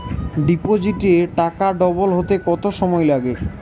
ডিপোজিটে টাকা ডবল হতে কত সময় লাগে?